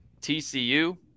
tcu